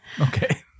Okay